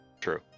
True